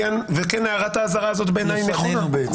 וכן, הערת האזהרה הזאת בעיני היא נכונה.